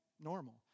normal